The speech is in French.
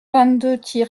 vingt